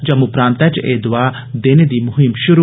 जम्मू प्रांतै च एह दवा देने दी मुहिम षुरू